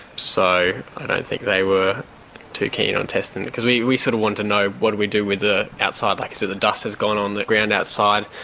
so i don't think they were too keen on testing it. because we we sort of wanted to know what do we do with the outside, like, the the dust has gone on the ground outside,